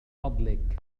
فضلك